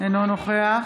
אינו נוכח